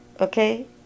okay